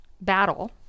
battle